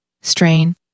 strain